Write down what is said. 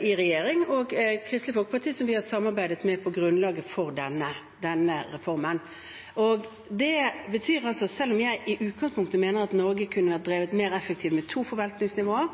i regjering, og Kristelig Folkeparti, som vi har samarbeidet med om grunnlaget for denne reformen. Det betyr altså at selv om jeg i utgangspunktet mener at Norge kunne vært drevet mer effektivt med to forvaltningsnivåer,